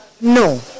No